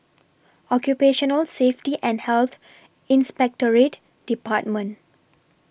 Occupational Safety and Health Inspectorate department